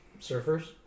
surfers